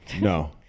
No